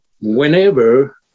whenever